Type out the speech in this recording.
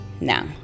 now